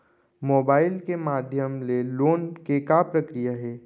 Mobile के माधयम ले लोन के का प्रक्रिया हे?